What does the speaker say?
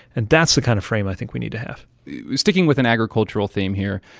and that's the kind of frame i think we need to have sticking with an agricultural theme here,